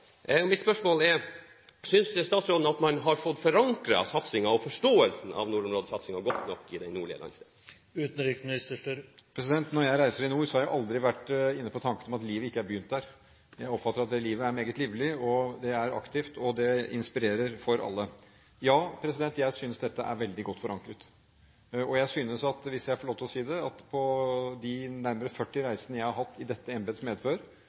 og mitt spørsmål er: Synes statsråden at man har fått forankret satsingen og forståelsen av nordområdesatsingen godt nok i den nordlige landsdelen? Når jeg reiser i nord, har jeg aldri vært inne på tanken at livet ikke har begynt der. Jeg oppfatter at det livet er meget livlig, det er aktivt, og det inspirerer alle. Ja, jeg synes dette er veldig godt forankret, og jeg synes – hvis jeg får lov til å si det – at jeg på de nærmere 40 reisene jeg har hatt i dette embetets medfør,